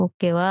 Okay